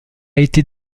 été